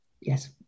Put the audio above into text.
Yes